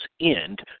end